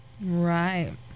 Right